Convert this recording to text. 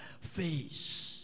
face